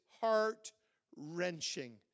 heart-wrenching